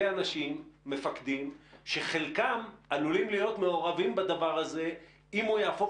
מפקדים שחלקם עלולים להיות מעורבים בדבר הזה אם הוא יהפוך